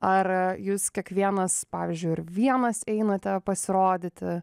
ar jūs kiekvienas pavyzdžiui ir vienas einate pasirodyti